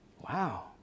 Wow